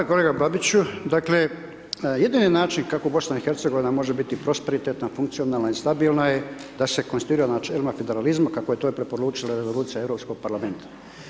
Kolega Babiću dakle, jedini način kako BIH može biti prosperitetna, funkcionalna i stabilna je da se konstituira na načelima federalizma kako je to i preporučila revolucija Europskog parlamenta.